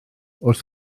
wrth